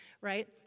right